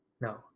no